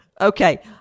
Okay